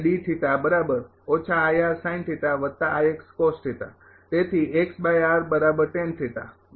તેથી બરાબર આ સંબંધ છે તેથી